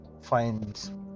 find